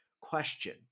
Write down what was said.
question